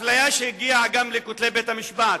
אפליה שהגיעה גם לכותלי בית-המשפט.